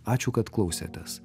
ačiū kad klausėtės